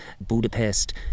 Budapest